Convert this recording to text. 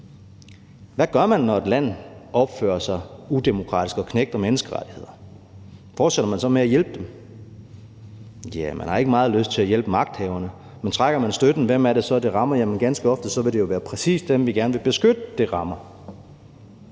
Hvad gør man, når et land opfører sig udemokratisk og knægter menneskerettigheder? Fortsætter man så med at hjælpe dem? Ja, man har ikke meget lyst til at hjælpe magthaverne, men trækker man støtten, hvem er det så, det rammer? Ganske ofte vil det være præcis dem, vi gerne vil beskytte, det rammer.